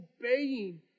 obeying